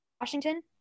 Washington